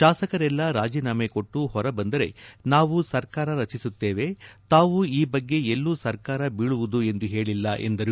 ಶಾಸಕರೆಲ್ಲ ರಾಜೀನಾಮೆ ಕೊಟ್ಟು ಹೊರಬಂದರೆ ನಾವು ಸರ್ಕಾರ ರಚಿಸುತ್ತೇವೆ ತಾವು ಈ ಬಗ್ಗೆ ಎಲ್ಲೂ ಸರ್ಕಾರ ಬೀಳುತ್ತೆ ಎಂದು ಹೇಳಿಲ್ಲ ಎಂದರು